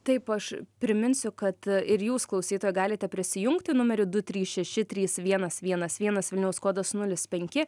taip aš priminsiu kad ir jūs klausytojai galite prisijungti numeriu du trys šeši trys vienas vienas vienas vilniaus kodas nulis penki